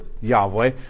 Yahweh